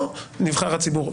או נבחר הציבור.